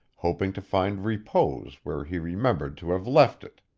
hoping to find repose where he remembered to have left it.